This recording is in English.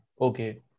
Okay